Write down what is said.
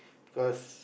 because